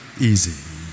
easy